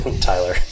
Tyler